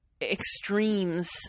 extremes